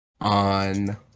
on